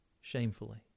shamefully